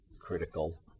critical